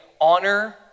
Honor